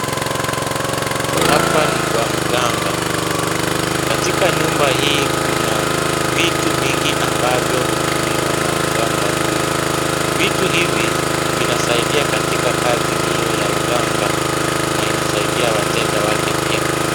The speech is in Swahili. Hapa ni kwa mganga, katika nyumba hii kuna vitu mingi ambavyo hutumiwa na mganga huyo. Vitu hivi, vinasaidia katika kazi hio ya uganga na inasaidia wateja wake pia.